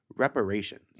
Reparations